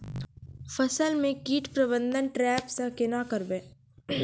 फसल म कीट प्रबंधन ट्रेप से केना करबै?